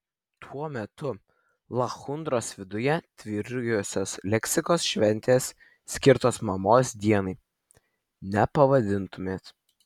tuo metu lachudros viduje tvyrojusios leksikos šventės skirtos mamos dienai nepavadintumei